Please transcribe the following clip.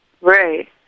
Right